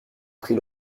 pris